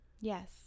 Yes